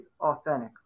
authentic